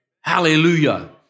Hallelujah